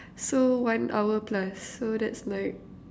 so one hour plus so that's like